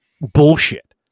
bullshit